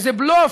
בלוף,